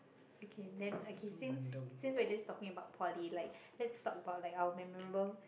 okay then okay since since we just talked about poly like let's talk about our memorable